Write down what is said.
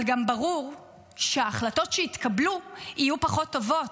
אבל גם ברור שההחלטות שיתקבלו יהיו פחות טובות,